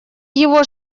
его